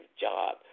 job